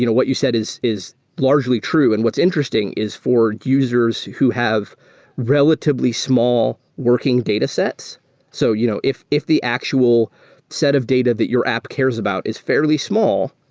you know what you said is is largely true, and what's interesting is for users who have relatively small working datasets so you know if if the actual set of data that your app cares about is fairly small,